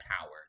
power